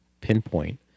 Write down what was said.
pinpoint